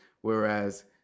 whereas